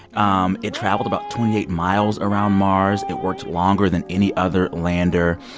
um it traveled about twenty eight miles around mars. it worked longer than any other lander.